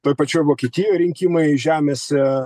toj pačioj vokietijoj rinkimai žemėse